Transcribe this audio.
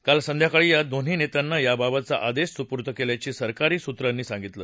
काल संध्याकाळी या दोन्ही नेत्यांना याबाबतचा आदेश सुर्पूद केल्याचं सरकारी सूत्रांनी सांगितलं